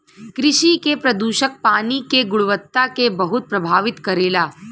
कृषि के प्रदूषक पानी के गुणवत्ता के बहुत प्रभावित करेला